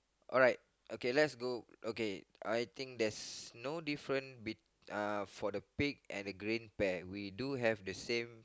alright okay let's go okay I think there's no different be in the pig and the green pair we do have the same